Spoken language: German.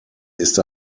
ist